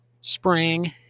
spring